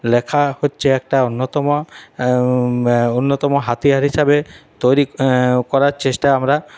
লেখা হচ্ছে একটা অন্যতম অন্যতম হাতিয়ার হিসেবে তৈরি করার চেষ্টা আমরা